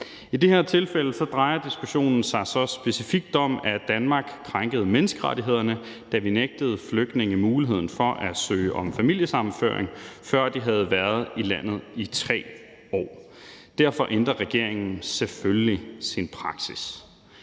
I det her tilfælde drejer diskussionen sig så specifikt om, at Danmark krænkede menneskerettighederne, da vi nægtede flygtninge mulighed for at søge om familiesammenføring, før de havde været i landet i 3 år. Derfor ændrer regeringen selvfølgelig sin praksis.